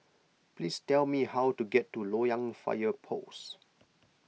please tell me how to get to Loyang Fire Post